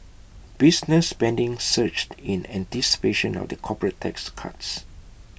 business spending surged in anticipation of the corporate tax cuts